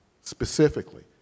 specifically